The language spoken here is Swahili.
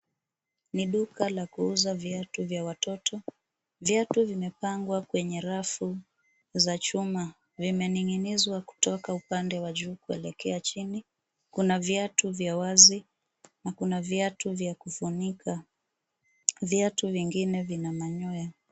Ni duka la kuuza viatu vya watoto, viatu vimepangwa kwenye rafu za chuma vimening'inizwa kutoka upande wa juu kuelekea chini, kuna viatu vya wazi na kuna viatu vya kufunika. Viatu vingine vina manyoya.